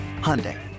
Hyundai